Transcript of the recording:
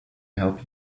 help